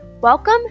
Welcome